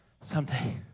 someday